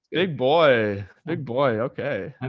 like boy. good boy. okay. and